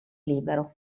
libero